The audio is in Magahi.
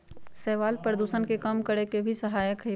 शैवाल प्रदूषण के कम करे में भी सहायक हई